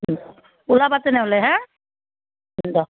ওলাবা তেনেহ'লে হাঁ